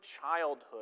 childhood